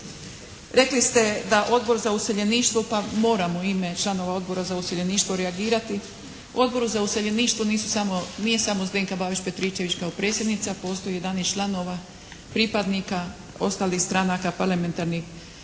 rekli ste da Odbor za useljeništvo, pa moram u ime članova Odbora za useljeništvo reagirati. U Odboru za useljeništvo nije samo Zdenka Babić Petričević kao predsjednica, postoji 11 članova pripadnika ostalih stranaka parlamentarnih